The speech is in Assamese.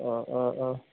অঁ অঁ অঁ